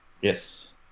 Yes